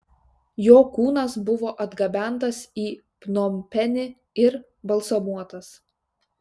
jo kūnas buvo atgabentas į pnompenį ir balzamuotas